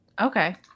Okay